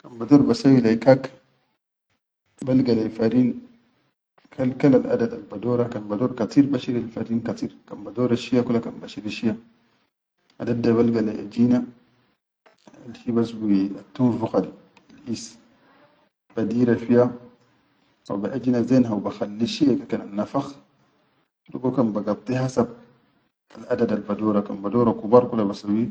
Kan bador basawwi lai kak, balga lai farin kal-al al-adad al badora, kan bador kateer bashirl farin kateer kan bador shiya kula kan bashiril farin shiya, ha dadda balga lai ajine al fi bas attunfukha al (ease) badira fiya haw ba ejina zen haw bakhalli shiyeke kan annafakh dugo kan bagaddi hasab al-adad al badora kan badora kubar.